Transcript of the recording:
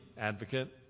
advocate